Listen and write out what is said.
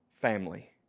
Family